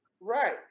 Right